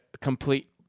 complete